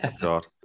God